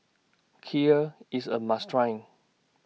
Kheer IS A must Try